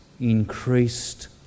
increased